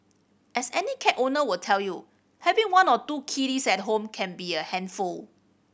as any cat owner will tell you having one or two kitties at home can be a handful